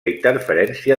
interferència